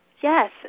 Yes